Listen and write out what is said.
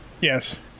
Yes